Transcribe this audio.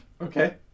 Okay